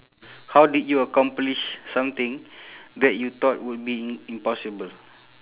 how did you accomplish something that you thought would be im~ impossible